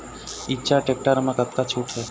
Eicher tractor म कतका छूट हे?